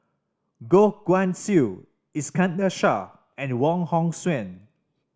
Goh Guan Siew Iskandar Shah and Wong Hong Suen